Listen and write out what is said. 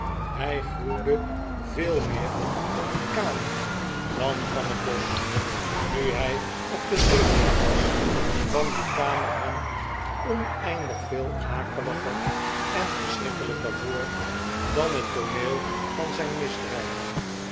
hij gruwde veel meer van die kamer dan van het bosch nu hij op den terugweg was kwam die kamer hem oneindig veel akeliger en verschrikkelijker voor dan het tooneel van zijn misdrijf